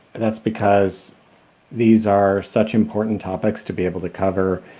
that's because these are such important topics to be able to cover,